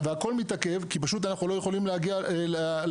והכל מתעב כי פשוט אנחנו לא יכולים להגיע לעבודה.